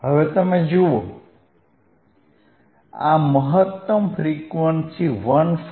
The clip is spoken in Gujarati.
હવે તમે જુઓ આ મહત્તમ ફ્રીક્વન્સી 159